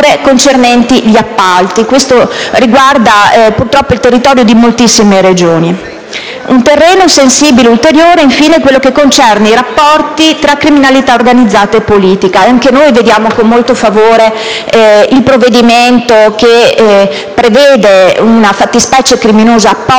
concernenti gli appalti. Questo riguarda, purtroppo, il territorio di moltissime Regioni. Un ulteriore terreno sensibile, infine, è quello che concerne i rapporti tra criminalità organizzata e politica. Anche noi vediamo con molto favore la previsione di una fattispecie criminosa apposita